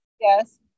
yes